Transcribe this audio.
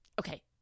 Okay